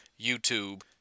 YouTube